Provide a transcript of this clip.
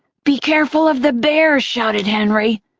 be careful of the bears! shouted henry,